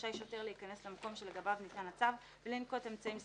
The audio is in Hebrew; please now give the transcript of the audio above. רשאי שוטר להיכנס למקום שלגביו ניתן הצו ולנקוט אמצעים סבירים,